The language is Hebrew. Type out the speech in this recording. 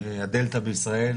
הדלתא בישראל